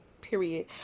Period